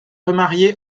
remarié